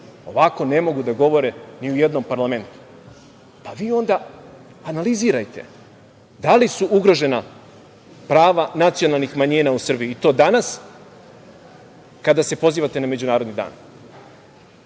ovako ne mogu da govore ni u jednom parlamentu, pa vi onda analizirajte da li su ugrožena prava nacionalnih manjina u Srbiji, i to danas kada se pozivate na međunarodni dan.